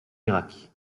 irak